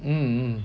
mm mm